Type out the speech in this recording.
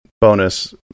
bonus